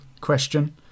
question